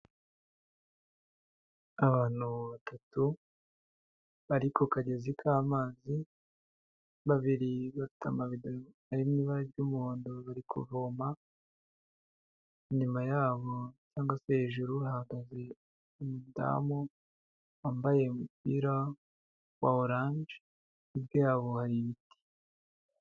Abantu batatu, bari ku kagezi k'amazi, babiri bafite amabido ari mu ibara ry'umuhondo bari kuvoma, inyuma yabo cyangwa se hejuru hahagaze umudamu wambaye umupira wa oranje hirya yabo hari ibiti.